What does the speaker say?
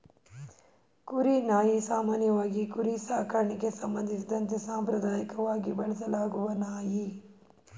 ಕುರಿ ನಾಯಿ ಸಾಮಾನ್ಯವಾಗಿ ಕುರಿ ಸಾಕಣೆಗೆ ಸಂಬಂಧಿಸಿದಂತೆ ಸಾಂಪ್ರದಾಯಕವಾಗಿ ಬಳಸಲಾಗುವ ನಾಯಿ